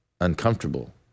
uncomfortable